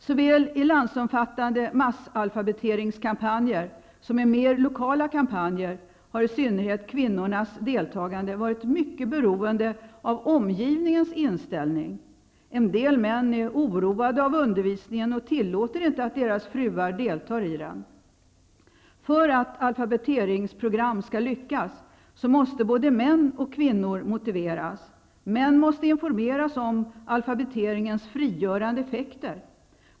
Såväl i landsomfattande massalfabeteringskampanjer som i mer lokala kampanjer har i synnerhet kvinnornas deltagande varit mycket beroende av omgivningens inställning. En del män är oroade av undervisningen och tillåter inte att deras fruar deltar i den. För att alfabeteringsprogram skall lyckas måste både män och kvinnor motiveras. Män måste informeras om alfabeteringens frigörande effekter.